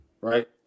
right